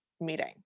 meeting